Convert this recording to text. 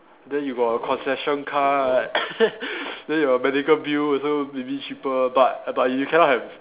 then you got a concession card then your medical bill also maybe cheaper but but you cannot have